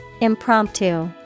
Impromptu